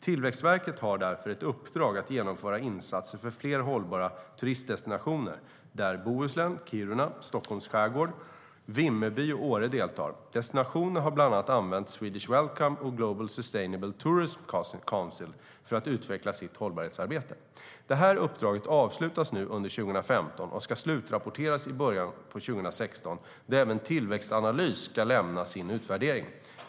Tillväxtverket har därför ett uppdrag att genomföra insatser för fler hållbara turistdestinationer, där Bohuslän, Kiruna, Stockholms skärgård, Vimmerby och Åre deltar. Destinationerna har bland annat använt Swedish Welcome och Global Sustainable Tourism Council för att utveckla sitt hållbarhetsarbete. Detta uppdrag avslutas nu under 2015 och ska slutrapporteras i början av 2016, då även Tillväxtanalys ska lämna sin utvärdering.